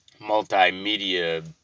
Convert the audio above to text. multimedia